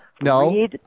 no